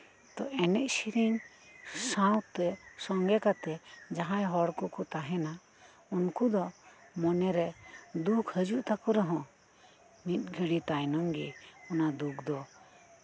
ᱛᱚ ᱮᱱᱮᱡ ᱥᱮᱹᱨᱮᱹᱧ ᱥᱟᱶᱛᱮ ᱥᱚᱝᱜᱮ ᱠᱟᱛᱮᱫ ᱡᱟᱦᱟᱸᱭ ᱦᱚᱲ ᱠᱚᱠᱚ ᱛᱟᱦᱮᱱᱟ ᱩᱱᱠᱩ ᱫᱚ ᱩᱱᱠᱩ ᱫᱚ ᱢᱚᱱᱮᱨᱮ ᱫᱩᱠ ᱦᱤᱡᱩᱜ ᱛᱟᱠᱚ ᱨᱮᱦᱚᱸ ᱢᱤᱫ ᱜᱷᱟᱹᱲᱤ ᱛᱟᱭᱱᱚᱜᱮ ᱚᱱᱟ ᱫᱩᱠ ᱫᱚ